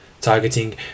targeting